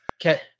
okay